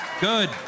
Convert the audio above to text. Good